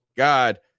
God